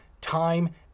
time